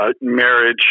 marriage